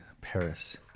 Paris